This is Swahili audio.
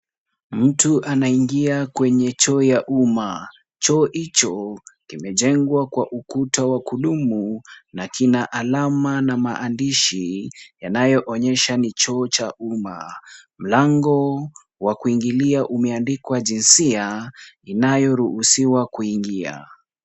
Mtu anaingia kwenye choo ya uma. Choo hicho kimejengwa kwa ukuta wa kudumu na kina alama na maandishi yanayoonyesha ni choo cha uma. Mlango wa kuingilia umeandikwa jinsia inayoruhusiwa kuingia.